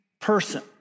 person